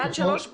ביעד שלוש,